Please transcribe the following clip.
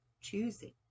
choosing